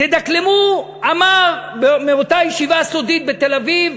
תדקלמו, אמר באותה ישיבה סודית בתל-אביב,